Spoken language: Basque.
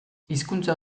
hizkuntza